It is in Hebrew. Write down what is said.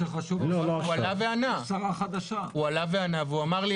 הוא עלה וענה והוא אמר לי,